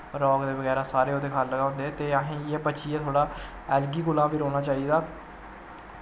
rock दे बगैरा सारे ओह्दे खल्ल गै होंदे ते असैं इयां बचियै थोह्ड़ा ऐलगी कोला बी रौह्ना चाही दा